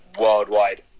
worldwide